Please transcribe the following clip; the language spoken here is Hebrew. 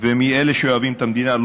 ומאלה שאוהבים את המדינה,